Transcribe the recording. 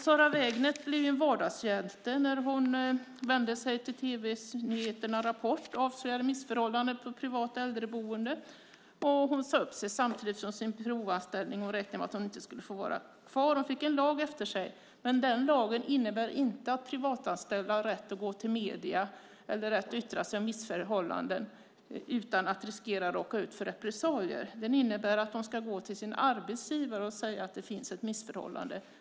Sarah Wägnert blev en vardagshjälte när hon vände sig till tv:s nyhetsprogram Rapport och avslöjade missförhållandena på ett privat äldreboende, och hon sade upp sig samtidigt från sin provanställning och räknade med att hon inte skulle få vara kvar. Hon fick en lag efter sig, men den lagen innebär inte att privatanställda har rätt att gå till medierna eller rätt att yttra sig om missförhållanden utan att riskera att råka ut för repressalier. Den innebär att man ska gå till sin arbetsgivare och säga att det finns ett missförhållande.